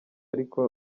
ariko